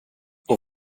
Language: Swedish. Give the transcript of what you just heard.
och